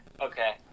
okay